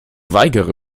weigere